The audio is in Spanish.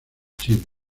chile